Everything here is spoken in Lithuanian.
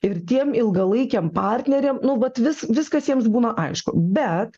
ir tiem ilgalaikiam partneriam nu vat vis viskas jiems būna aišku bet